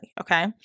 Okay